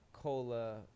Cola